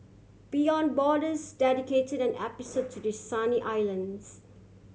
Beyond Borders dedicated an episode to the sunny islands